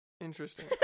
Interesting